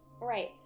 Right